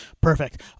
Perfect